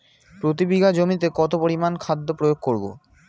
প্রতি বিঘা জমিতে কত পরিমান খাদ্য প্রয়োগ করব?